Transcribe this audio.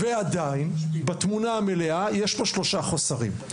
ועדיין, בתמונה המלאה יש פה שלושה חוסרים.